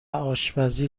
آشپزی